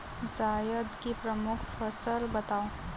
जायद की प्रमुख फसल बताओ